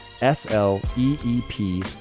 s-l-e-e-p